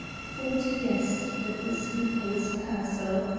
ford guessed that the speaker was pearsall,